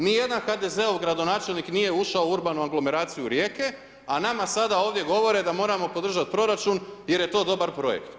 Ni jedan HDZ-ov gradonačelnik nije ušao u urbanu aglomeraciju Rijeke, a nama sada ovdje govore da moramo podržati proračun jer je to dobar projekt.